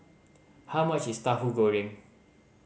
how much is Tauhu Goreng